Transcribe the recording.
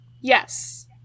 Yes